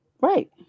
Right